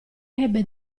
ebbe